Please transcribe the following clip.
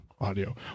audio